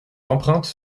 empreintes